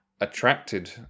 attracted